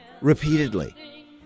repeatedly